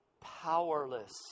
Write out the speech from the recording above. powerless